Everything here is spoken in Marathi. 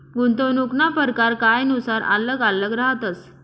गुंतवणूकना परकार कायनुसार आल्लग आल्लग रहातस